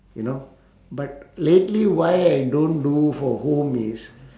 you know but lately why I don't do for home is